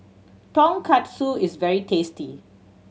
tonkatsu is very tasty